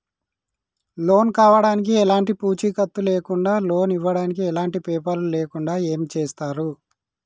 Loan కావడానికి ఎలాంటి పూచీకత్తు లేకుండా లోన్ ఇవ్వడానికి ఎలాంటి పేపర్లు లేకుండా ఏం చేస్తారు?